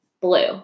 blue